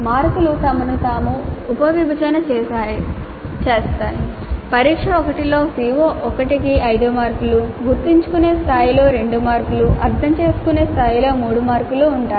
మార్కులు తమను తాము ఉపవిభజన చేశాయి పరీక్ష 1 లో CO1 5 మార్కులు గుర్తుంచుకునే స్థాయిలో 2 మార్కులు అర్థం చేసుకునే స్థాయిలో 3 మార్కులు ఉన్నాయి